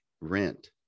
rent